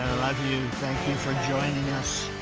love you, thank you for joining us,